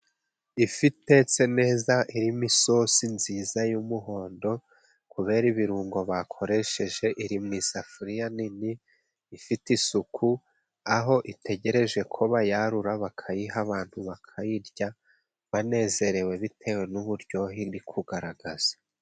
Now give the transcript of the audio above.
Ifi itetse neza irimo isosi nziza y'umuhondo ,kubera ibirungo bakoresheje, iri mu isafuriya nini ifite isuku ,aho itegereje ko bayarura bakayiha abantu bakayirya banezerewe ,bitewe n'uburyohe iri kugaragaza.